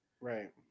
Right